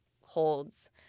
holds